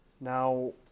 Now